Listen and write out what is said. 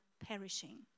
perishing